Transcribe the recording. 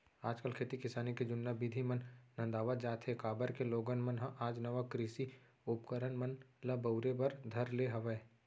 आज काल खेती किसानी के जुन्ना बिधि मन नंदावत जात हें, काबर के लोगन मन ह आज नवा कृषि उपकरन मन ल बउरे बर धर ले हवय